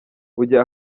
ujya